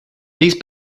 these